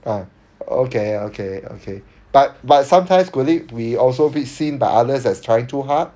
ah okay okay okay but but sometimes could it be also be seen by others as trying too hard